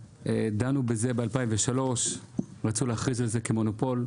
דנו בזה ב-2003, רצו להכריז על זה כמונופול.